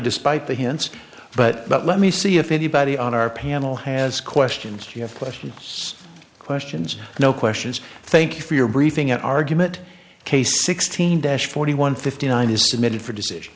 despite the hints but but let me see if anybody on our panel has questions you have questions questions no questions thank you for your briefing argument case sixteen dash forty one fifty nine is submitted for decision